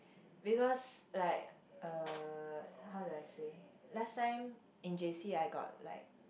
because like uh how do I say last time in J_C I got like